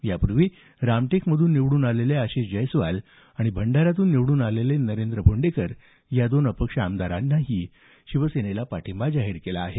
यापूर्वी रामटेकमधून निवडून आलेले आशिष जयस्वाल आणि भंडाऱ्यातून निवडून आलेले नरेंद्र भोंडेकर या दोन अपक्ष आमदारांनी सेनेला पाठिंबा जाहीर केला आहे